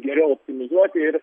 geriau optimizuoti ir